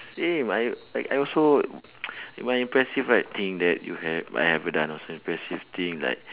see my I I also my impressive right thing that you had I have done also impressive thing like